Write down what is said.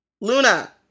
Luna